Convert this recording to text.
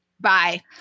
bye